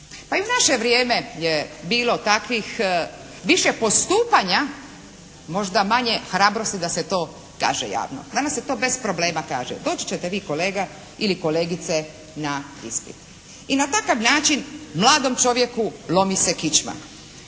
Pa i u naše vrijeme je bilo takvih više postupanja, možda manje hrabrosti da se to kaže javno. Danas se to bez problema kaže: Doći ćete vi kolega ili kolegice na ispit. I na takav način mladom čovjeku lomi se kičma.